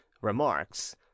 remarks